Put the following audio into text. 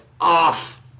off